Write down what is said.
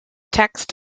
text